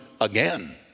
again